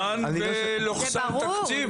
ותקציב.